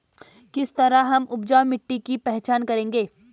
किस तरह हम उपजाऊ मिट्टी की पहचान करेंगे?